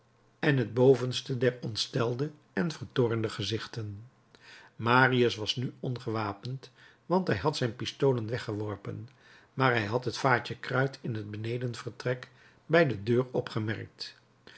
en het bovenste der ontstelde en vertoornde gezichten marius was nu ongewapend want hij had zijn pistolen weggeworpen maar hij had het vaatje kruit in het benedenvertrek bij de deur opgemerkt